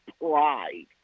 pride